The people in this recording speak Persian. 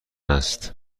است